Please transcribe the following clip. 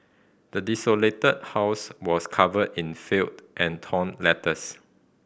the desolated house was covered in filth and torn letters